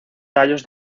tallos